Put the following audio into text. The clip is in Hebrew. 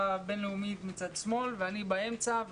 בין-לאומית גדולה מצד שמאל ואני באמצע,